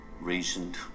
reasoned